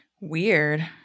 Weird